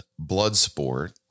Bloodsport